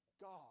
God